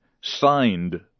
signed